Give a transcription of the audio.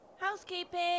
Housekeeping